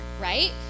right